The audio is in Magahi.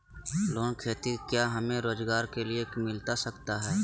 लोन खेती क्या हमें रोजगार के लिए मिलता सकता है?